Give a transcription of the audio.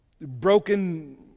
broken